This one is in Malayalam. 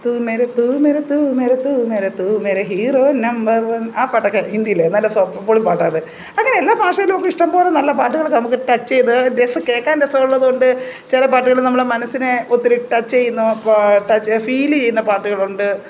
തൂ മേരെ തൂ മേരെ തൂ മേരെ തൂ മേരെ തൂ മേരെ ഹീറോ നമ്പർ വൺ ആ പാട്ടൊക്കെ ഹിന്ദിയിൽ നല്ല സോങ്ങ് പൊളി പാട്ടാണ് അങ്ങനെ എല്ലാ ഭാഷയിലൊക്കെ ഇഷ്ടം പോലെ നല്ല പാട്ടുകളൊക്കെ നമുക്ക് ടച്ച് ചെയ്ത് ജസ്റ്റ് കേൾക്കാൻ രസമുള്ളതുകൊണ്ട് ചില പാട്ടുകൾ നമ്മളെ മനസ്സിനെ ഒത്തിരി ടച്ച് ചെയ്യുന്നു അപ്പോൾ ടച്ച് ഫീല് ചെയ്യുന്ന പാട്ടുകളുണ്ട്